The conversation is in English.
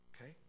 okay